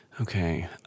okay